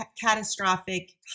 catastrophic